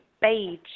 beige